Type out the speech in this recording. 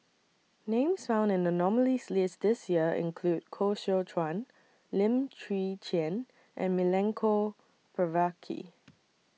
Names found in The nominees' list This Year include Koh Seow Chuan Lim Chwee Chian and Milenko Prvacki